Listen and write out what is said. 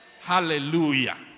hallelujah